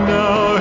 now